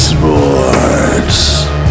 Sports